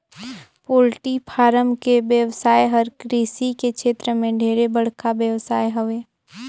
poultry farm के बेवसाय हर कृषि के छेत्र में ढेरे बड़खा बेवसाय हवे